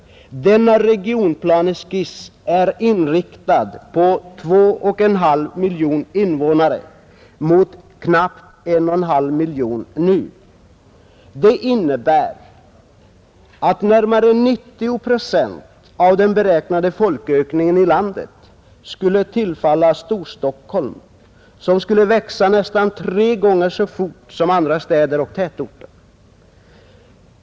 Denna regionplaneskiss är inriktad på 2,5 miljoner invånare mot knappt 1,5 miljoner nu. Det innebär att närmare 90 procent av den beräknade folkökningen i landet skulle tillfalla Storstockholm, som skulle växa nästan tre gånger så fort som andra städer och tätorter.